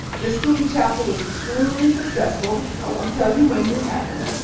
the student chapter was extremely successful. i won't tell you when this happens.